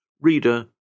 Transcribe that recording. Reader